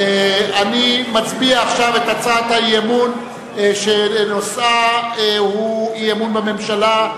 נצביע עכשיו על הצעת האי-אמון שנושאה הוא אי-אמון בממשלה,